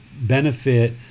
benefit